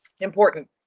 important